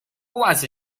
was